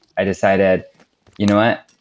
i decided you know what,